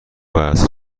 وصل